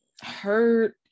hurt